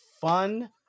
fun